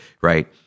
Right